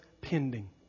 pending